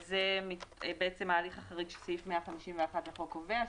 וזה בעצם ההליך החריג שסעיף 151 לחוק קובע,